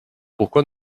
pourquoi